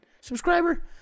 subscriber